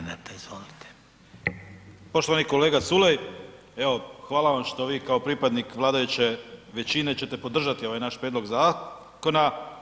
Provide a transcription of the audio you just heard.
Poštovani kolega Culej, evo hvala vam što vi kao pripadnik vladajuće većine ćete podržati ovaj naš prijedlog zakona.